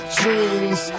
dreams